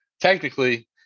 technically